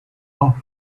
off